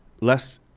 less